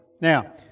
Now